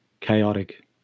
chaotic